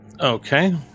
Okay